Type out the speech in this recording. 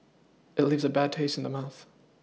it leaves a bad taste in the mouth